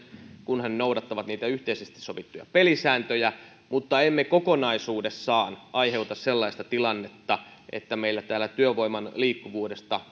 kunhan he noudattavat niitä yhteisesti sovittuja pelisääntöjä mutta emme kokonaisuudessaan aiheuta sellaista tilannetta että meillä täällä työvoiman liikkuvuudesta